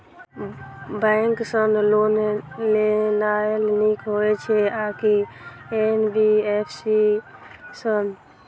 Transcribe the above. Bank सँ loan लेनाय नीक होइ छै आ की एन.बी.एफ.सी सँ?